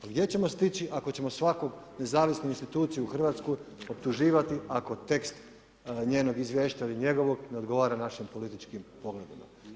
I gdje ćemo stići, ako ćemo svaku nezavisnu instituciju u Hrvatskoj, optuživati ako tekst njenog izvješća ili njegovog ne odgovara našim političkim pogledima.